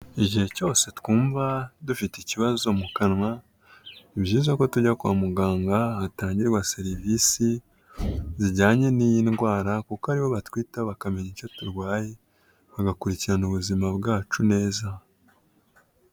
Igihe cyose twumva dufite ikibazo mu kanwa, ni byiza ko tujya kwa muganga hatangirwa serivisi zijyanye n'iyi ndwara kuko aribo batwitaho bakamenya icyo turwaye bagakurikirana ubuzima bwacu neza.